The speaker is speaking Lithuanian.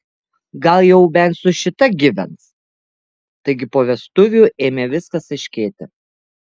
gal jau bent su šita gyvens taigi po vestuvių ėmė viskas aiškėti